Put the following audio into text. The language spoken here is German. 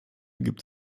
gibt